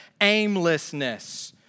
aimlessness